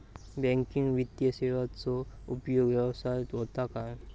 Banking वित्तीय सेवाचो उपयोग व्यवसायात होता काय?